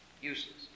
Useless